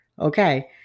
Okay